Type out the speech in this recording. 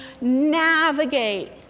navigate